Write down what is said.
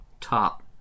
top